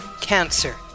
cancer